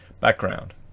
Background